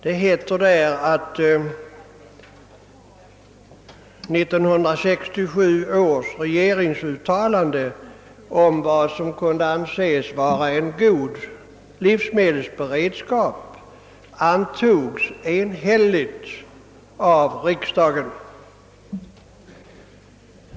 Där står nämligen att regeringens uttalande 1967 om vad som kunde anses vara en god livsmedelsberedskap antogs enhälligt av riksdagen.